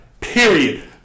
Period